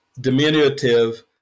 diminutive